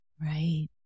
Right